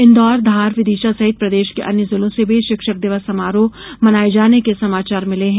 इंदौर धार विदिशा सहित प्रदेश के अन्य जिलों से भी शिक्षक दिवस समारोह मनाये जाने के समाचार मिले हैं